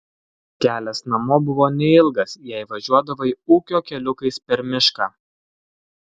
kelias namo buvo neilgas jei važiuodavai ūkio keliukais per mišką